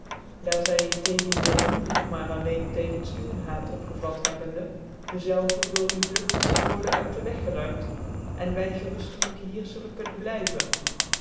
daar zy in tegendeel nu noch maaralleen tcgens u ccn haat opgevat hebbende dezelve door u vlucht zal worden uit de weg gcruimt cn wy gcruftclijk hier zullen kunnen blijven